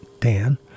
Dan